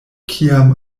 kiam